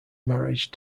marriage